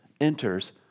enters